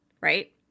right